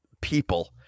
people